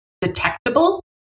detectable